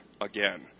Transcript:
again